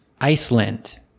Iceland